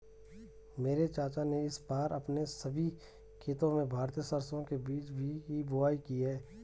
मेरे चाचा ने इस बार अपने सभी खेतों में भारतीय सरसों के बीज की बुवाई की है